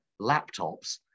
laptops